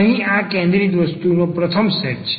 અહીં આ કેન્દ્રિત વર્તુળનો પ્રથમ સેટ છે